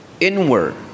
inward